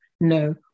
no